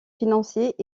financiers